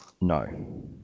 No